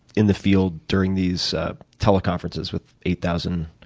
in the field during these teleconferences with eight thousand.